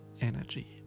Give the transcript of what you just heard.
energy